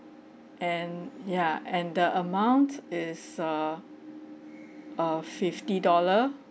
and ya and the amount is uh uh fifty dollar